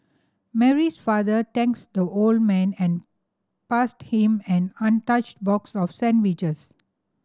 Mary's father thanks the old man and passed him an untouched box of sandwiches